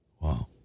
Wow